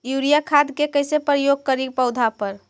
Urea खाद के कैसे प्रयोग करि पौधा पर?